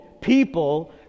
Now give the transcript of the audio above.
people